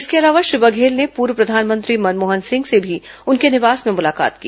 इसके अलावा श्री बघेल ने पूर्व प्रधानमंत्री मनमोहन सिंह से भी उनके निवास में मुलाकात की